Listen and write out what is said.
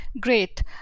great